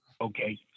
Okay